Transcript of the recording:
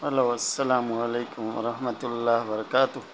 hello السلام علیکم و رحمتہ اللہ وبرکاتہ